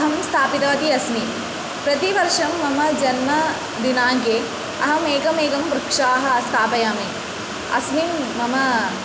अहं स्थापितवती अस्मि प्रतिवर्षं मम जन्मदिनाङ्के अहम् एकमेकं वृक्षाः स्थापयामि अस्मिन् मम